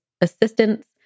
assistance